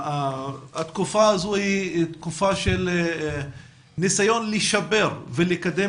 התקופה הזו היא תקופה של ניסיון לשפר ולקדם